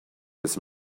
his